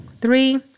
three